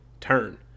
turn